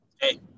Hey